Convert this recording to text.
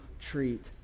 treat